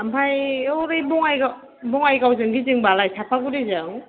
ओमफ्राय हरै बङाइगावजों गिदिंबालाय सापागुरिजों